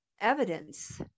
evidence